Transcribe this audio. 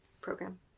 program